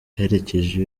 aherekeje